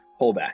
pullback